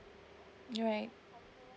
you're right